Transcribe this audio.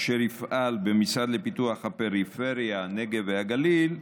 אשר יפעל במשרד לפיתוח הפריפריה, הנגב והגליל,